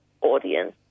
audience